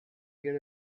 get